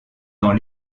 dans